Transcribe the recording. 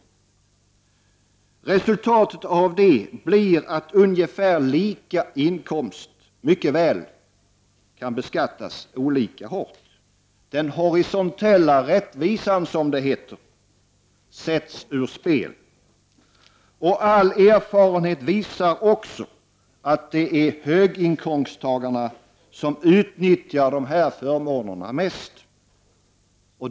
13 juni 1990 Resultatet av detta blir att ungefär lika inkomst mycket väl kan beskattas olika hårt. Den horisontella rättvisan, som det heter, sätts ur spel. All erfarenhet visar också att det är höginkomsttagarna som utnyttjar dessa förmåner mest.